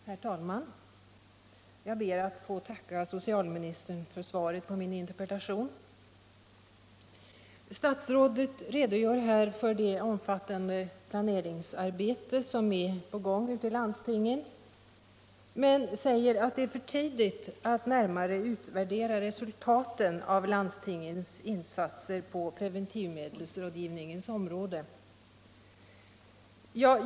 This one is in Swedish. Herr talman! Jag ber att få tacka socialministern för svaret på min interpellation. Statsrådet redogör här för det omfattande planeringsarbete som pågår ute i landet men säger att det är för tidigt att närmare utvärdera resultatet av landstingens insatser på preventivmedelsrådgivningens område.